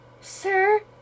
sir